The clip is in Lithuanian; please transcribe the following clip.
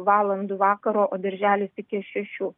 valandų vakaro o darželis iki šešių